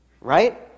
right